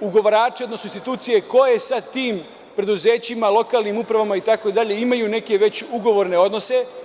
ugovorače, odnosno institucije koje sa tim preduzećima, lokalnim upravama imaju već neke ugovorne odnose.